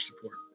support